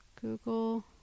Google